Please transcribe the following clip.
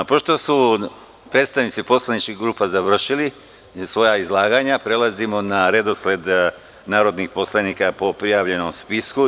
Pošto su predstavnici poslaničkih grupa završili svoja izlaganja, prelazimo na redosled narodnih poslanika po prijavljenom spisku.